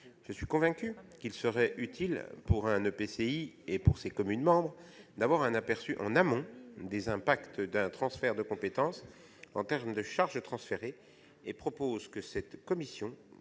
Je suis convaincu qu'il serait utile pour un EPCI et pour ses communes membres d'avoir un aperçu en amont des impacts d'un transfert de compétences en termes de charges transférées. C'est pourquoi je propose que cette commission,